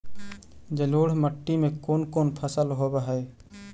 जलोढ़ मट्टी में कोन कोन फसल होब है?